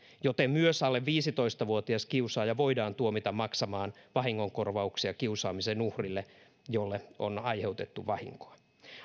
joten myös alle viisitoista vuotias kiusaaja voidaan tuomita maksamaan vahingonkorvauksia kiusaamisen uhrille jolle on aiheutettu vahinkoa